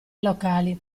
locali